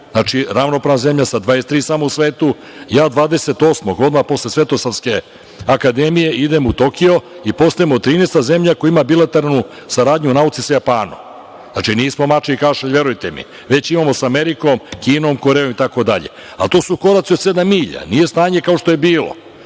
znači, ravnopravna zemlja sa 23 samo u svetu. Ja 28. odmah posle Svetosavske akademije idem u Tokio i postajemo 13. zemlja koja ima bilateralnu saradnju u nauci sa Japanom. Znači, nismo mačiji kašalj, verujte mi. Već imamo sa Amerikom, Kinom, Korejom itd. Ali, to su koraci od sedam milja. Nije stanje kao što je bilo. Mi